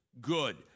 good